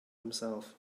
himself